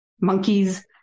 monkeys